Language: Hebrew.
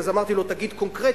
אז אמרתי לו: תגיד קונקרטי,